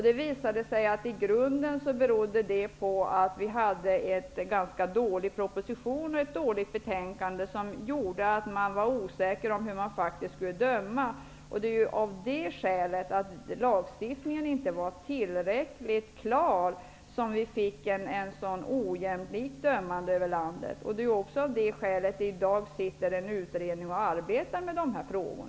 Det visade sig bero på att vi i grunden hade en ganska dålig proposition och ett dåligt betänkande, som bidrog till osäkerhet om hur man faktiskt skulle döma. På grund av att lagstiftningen inte var tillräckligt tydlig fick vi ett så ojämlikt dömande över landet. Det är även av detta skäl som det i dag pågår en utredning om dessa frågor.